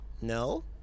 No